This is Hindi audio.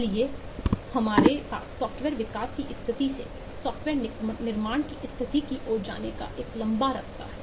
इसलिए हमारे पास सॉफ्टवेयर विकास की स्थिति से सॉफ्टवेयर निर्माण की स्थिति की ओर जाने का एक लंबा रास्ता है